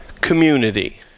community